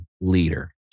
leader